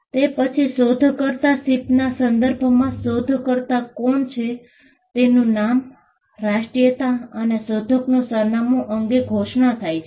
તે પછી શોધકર્તા શિપના સંદર્ભમાં શોધકર્તા કોણ છે તેનું નામ રાષ્ટ્રીયતા અને શોધકનું સરનામું અંગે ઘોષણા થાય છે